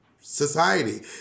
society